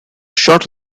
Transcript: short